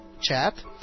chat